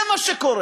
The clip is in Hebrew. זה מה שקורה.